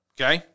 Okay